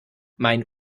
mein